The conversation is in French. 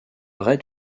raid